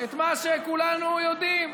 את מה שכולנו יודעים.